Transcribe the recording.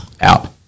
out